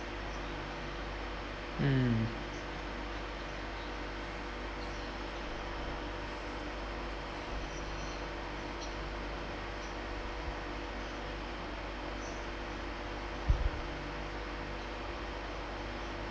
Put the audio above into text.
mm